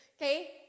Okay